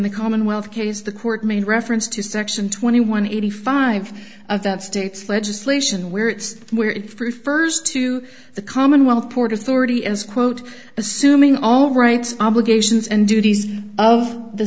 the commonwealth case the court made reference to section twenty one eighty five of that state's legislation where it's where it prefers to the commonwealth port authority as quote assuming all rights obligations and duties of the